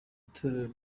torero